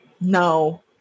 No